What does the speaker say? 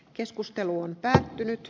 keskustelu on päättynyt